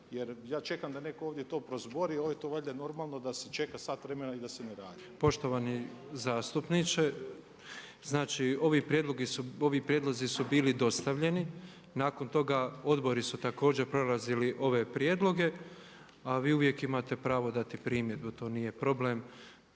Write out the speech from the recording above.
jer ja čekam da netko ovdje to prozbori, ovdje je to valjda normalno da se čeka sat vremena i da se ne radi. **Petrov, Božo (MOST)** Poštovani zastupniče, znači ovi prijedlozi su bili dostavljeni. Nakon toga odbori su također prolazili ove prijedloge a vi uvijek imate pravo dati primjedbu, to nije problem.